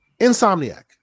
Insomniac